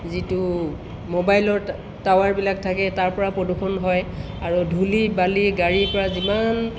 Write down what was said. যিটো মোবাইলৰ টাৱাৰবিলাক থাকে তাৰপৰা প্ৰদূষণ হয় আৰু ধূলি বালি গাড়ীৰপৰা যিমান